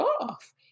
off